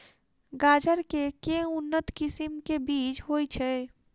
गाजर केँ के उन्नत किसिम केँ बीज होइ छैय?